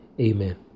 amen